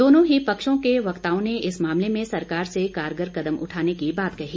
दोनों ही पक्षों के वक्ताओं ने इस मामले में सरकार से कारगर कदम उठाने की बात कही